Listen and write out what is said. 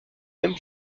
même